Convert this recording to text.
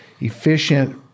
efficient